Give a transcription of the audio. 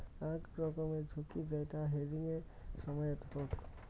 আক রকমের ঝুঁকি যেইটা হেজিংয়ের সময়ত হউক